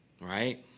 right